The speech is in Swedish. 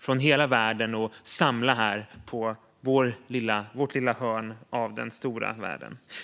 från hela världen och samla dem här i vårt lilla hörn av den stora världen.